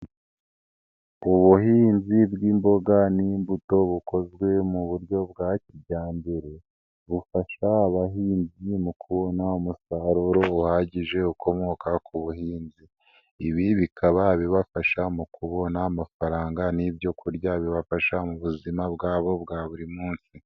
Ubuhinzi bw'imboga n'imbuto bukozwe mu buryo bwa kijyambere, bufasha abahinzi mu kubona umusaruro uhagije ukomoka ku buhinzi. Ibi bikaba bibafasha mu kubona amafaranga n'ibyo kurya bibafasha mu buzima bwabo bwa buri munsi.